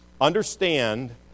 Understand